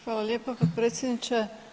Hvala lijepa potpredsjedniče.